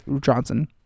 Johnson